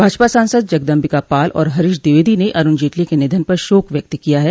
भाजपा सांसद जगदम्बिका पाल और हरीश द्विवेदी ने अरूण जेटली के निधन पर शोक व्यक्त किया है